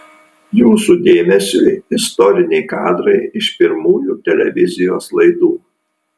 jūsų dėmesiui istoriniai kadrai iš pirmųjų televizijos laidų